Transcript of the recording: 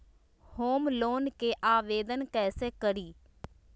Home loan के आवेदन कैसे करि?